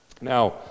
Now